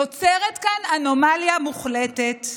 נוצרת כאן אנומליה מוחלטת,